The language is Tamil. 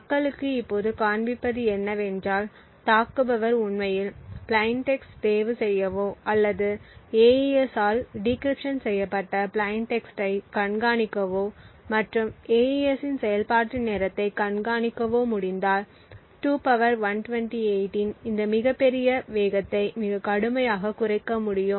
மக்களுக்கு இப்போது காண்பிப்பது என்னவென்றால் தாக்குபவர் உண்மையில் பிளைன் டெக்ஸ்ட் தேர்வுசெய்யவோ அல்லது AES ஆல் டிகிரிப்ட்டின் செய்யப்பட்ட பிளைன் டெக்ஸ்ட்டை கண்காணிக்கவோ மற்றும் AES இன் செயல்பாட்டு நேரத்தைக் கண்காணிக்கவோ முடிந்தால் 2128 இன் இந்த மிகப்பெரிய வேகத்தை மிகக் கடுமையாகக் குறைக்க முடியும்